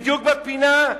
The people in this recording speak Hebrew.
בדיוק בפינה,